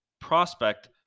prospect